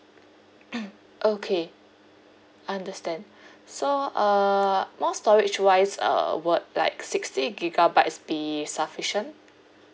okay understand so uh more storage wise uh would like sixty gigabytes be sufficient